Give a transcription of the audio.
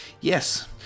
yes